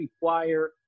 require